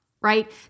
right